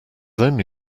only